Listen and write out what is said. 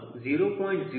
ಸರಿಸುಮಾರು 0